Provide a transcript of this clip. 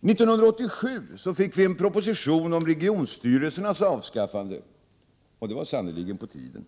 1987 fick vi en proposition om regionstyrelsernas avskaffande, och det var sannerligen på tiden.